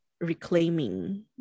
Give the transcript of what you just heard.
reclaiming